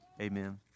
amen